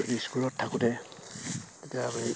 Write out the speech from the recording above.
স্কুলত থাকোঁতে তেতিয়া